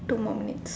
two more minutes